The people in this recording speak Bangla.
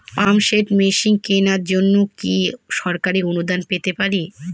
পাম্প সেট মেশিন কেনার জন্য কি সরকারি অনুদান পেতে পারি?